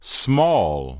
small